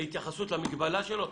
למגבלה שלו,